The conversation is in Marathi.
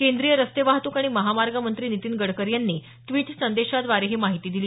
केंद्रीय रस्ते वाहतूक आणि महामार्ग मंत्री नितीन गडकरी यांनी ड्विट संदेशाद्वारे ही माहिती दिली